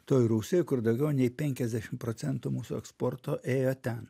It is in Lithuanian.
toj rusijoje kur daugiau nei penkiasdešim procentų mūsų eksporto ėjo ten